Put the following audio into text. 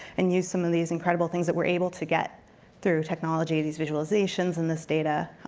and use some of these incredible things that we're able to get through technology, these visualizations, and this data,